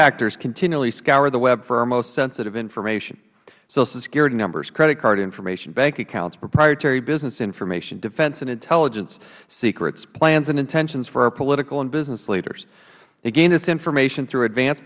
actors continually scour the web for our most sensitive information social security numbers credit card information bank accounts proprietary business information defense and intelligence secrets plans and intentions for our political and business leaders they gain this information through advanced